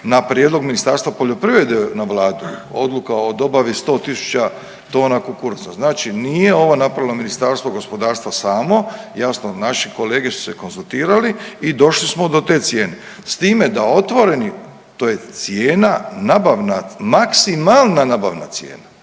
na prijedlog Ministarstva poljoprivrede na vladu, odluka o dobavi 100.000 tona kukuruza. Znači nije ovo napravilo Ministarstvo gospodarstva samo, jasni naši kolege su se konzultirali i došli smo do te cijene, s time da otvoreni to je cijena nabavna, maksimalna nabavna cijena.